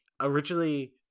originally